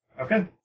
Okay